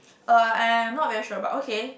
uh I'm not very sure but okay